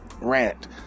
rant